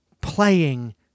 playing